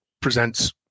presents